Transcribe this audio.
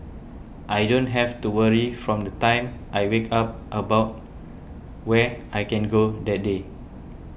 I don't have to worry from the time I wake up about where I can go that day